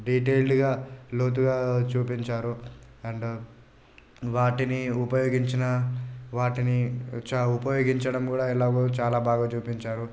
డీటెయిల్గా లోతుగా చూపించారు అండ్ వాటిని ఉపయోగించిన వాటిని చ్చా ఉపయోగించడం కూడా ఎలాగో చాలా బాగా చూపించారు